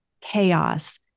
chaos